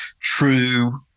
true –